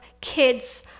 kids